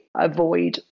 avoid